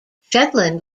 shetland